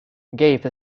gave